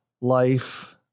life